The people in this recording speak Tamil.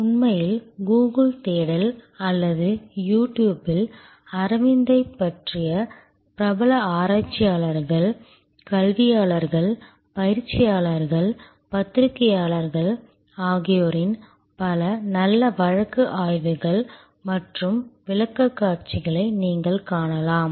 உண்மையில் கூகுள் தேடல் அல்லது யூ ட்யூப்பில் அரவிந்தைப் பற்றிய பிரபல ஆராய்ச்சியாளர்கள் கல்வியாளர்கள் பயிற்சியாளர்கள் பத்திரிகையாளர்கள் ஆகியோரின் பல நல்ல வழக்கு ஆய்வுகள் மற்றும் விளக்கக்காட்சிகளை நீங்கள் காணலாம்